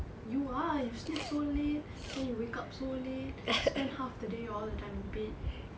you are you sleep so late then you wake up so late spend half the day all the time in bed